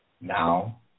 Now